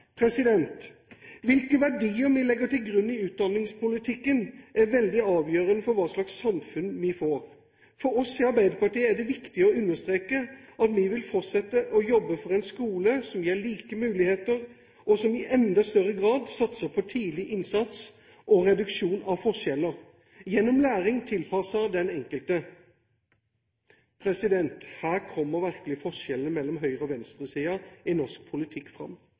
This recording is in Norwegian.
Hvilke verdier vi legger til grunn i utdanningspolitikken er veldig avgjørende for hva slags samfunn vi får. For oss i Arbeiderpartiet er det viktig å understreke at vi vil fortsette å jobbe for en skole som gir like muligheter og som i enda større grad satser på tidlig innsats og reduksjon av forskjeller gjennom læring tilpasset den enkelte. Her kommer virkelig forskjellene mellom høyre- og venstresiden i norsk politikk fram.